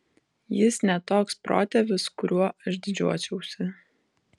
jis ne toks protėvis kuriuo aš didžiuočiausi